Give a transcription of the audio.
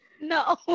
No